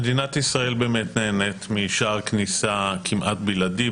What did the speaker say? מדינת ישראל באמת נהנית משער כניסה כמעט בלעדי,